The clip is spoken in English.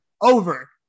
Over